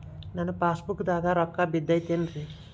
ನನ್ನ ಪಾಸ್ ಪುಸ್ತಕದಾಗ ರೊಕ್ಕ ಬಿದ್ದೈತೇನ್ರಿ?